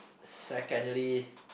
secondly